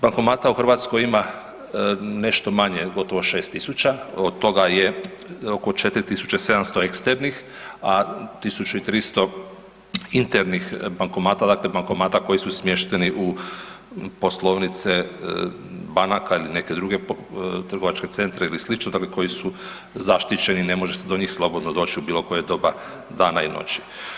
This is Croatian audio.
Bankomata u Hrvatskoj ima nešto manje, gotovo 6000, od toga je oko 4700 eksternih, a 1300 internih bankomata, dakle bankomata koji su smješteni u poslovnice banaka ili neke druge trgovačke centre ili slično, dakle koji su zaštićeni, ne može se do njih slobodno doć u bilokoje doba i noći.